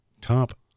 Top